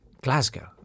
Glasgow